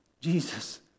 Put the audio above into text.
Jesus